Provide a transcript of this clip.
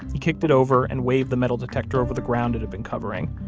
he kicked it over and waved the metal detector over the ground it had been covering.